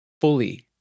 fully